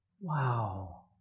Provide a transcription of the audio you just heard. Wow